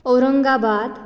Aurangabad